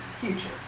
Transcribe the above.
future